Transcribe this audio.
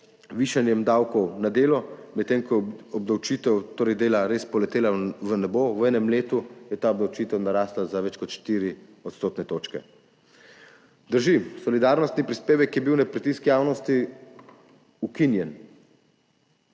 višanjem davkov na delo, medtem ko je obdavčitev dela res poletela v nebo. V enem letu je ta obdavčitev narasla za več kot 4 odstotne točke. Drži, solidarnostni prispevek je bil na pritisk javnosti ukinjen.